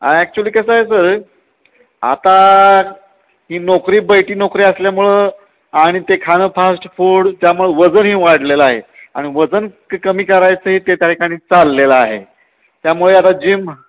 actually कसं आहे sir आता ही नोकरी बैठी नोकरी असल्यामुळं आणि ते खाणं फास्ट फूड त्यामुळं वजनही वाढलेलं आहे आणि वजन कमी करायचं हे एका ठिकाणी चाललेलं आहे त्यामुळे आता जिम